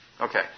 Okay